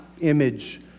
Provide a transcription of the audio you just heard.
image